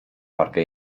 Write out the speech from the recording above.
wargę